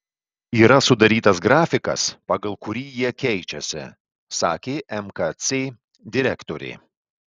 yra sudarytas grafikas pagal kurį jie keičiasi sakė mkc direktorė